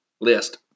list